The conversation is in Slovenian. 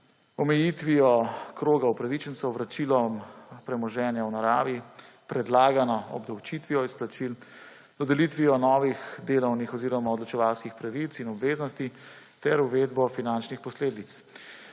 omejitvijo kroga upravičencev, vračilom premoženja v naravi, predlagano obdavčitvijo izplačil, dodelitvijo novih delovnih oziroma odločevalskih pravic in obveznosti ter uvedbo finančnih posledic.